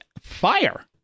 fire